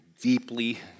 deeply